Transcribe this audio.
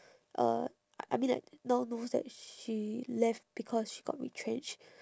uh I I mean like now knows that she left because she got retrenched